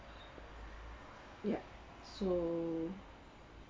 ya so